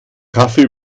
kaffee